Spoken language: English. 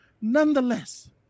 nonetheless